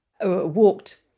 walked